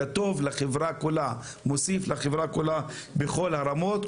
דבר טוב שמוסיף לחברה כולה בכול הרמות,